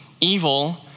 Evil